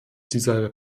dieser